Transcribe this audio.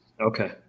okay